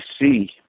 see